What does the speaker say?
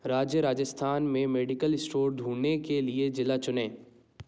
राज्य राजस्थान में medical store ढूँढने के लिए ज़िला चुनें